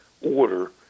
order